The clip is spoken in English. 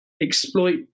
exploit